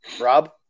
Rob